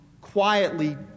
quietly